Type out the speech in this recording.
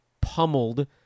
pummeled